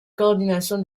coordination